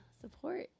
support